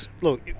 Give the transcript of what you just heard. look